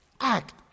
Act